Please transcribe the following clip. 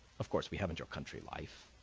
of course we haven't your country life,